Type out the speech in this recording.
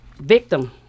victim